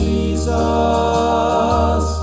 Jesus